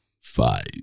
five